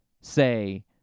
say